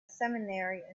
seminary